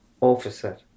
officer